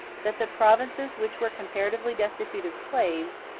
that the provinces which were comparatively destitute of slaves,